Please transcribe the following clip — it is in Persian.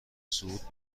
صعود